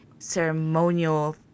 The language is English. Ceremonial